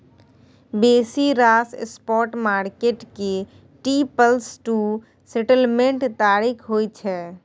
बेसी रास spot market के टी प्लस टू सेटलमेंट्स तारीख होइ छै